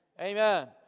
Amen